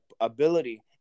ability